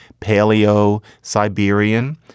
Paleo-Siberian